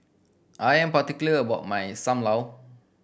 I am particular about my Sam Lau